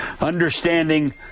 understanding